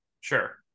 sure